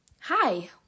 Hi